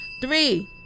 Three